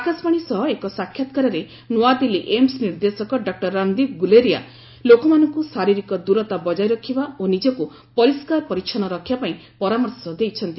ଆକାଶବାଣୀ ସହ ଏକ ସାକ୍ଷାତକାରରେ ନ୍ରଆଦିଲ୍ଲୀ ଏମ୍ସ ନିର୍ଦ୍ଦେଶଖ ଡକୁର ରଣଦୀପ ଗୁଲେରିଆ ଲୋକମାନଙ୍କୁ ଶାରୀରିକ ଦୂରତା ବକାୟ ରଖିବା ଓ ନିଜକୁ ପରିଷ୍କାର ପରିଚ୍ଛନ୍ନ ରଖିବା ପାଇଁ ପରାମର୍ଶ ଦେଇଛନ୍ତି